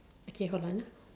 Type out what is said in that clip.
okay hold on ah